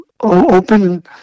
open